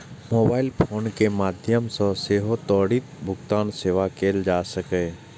mobile phone के माध्यम सं सेहो त्वरित भुगतान सेवा कैल जा सकैए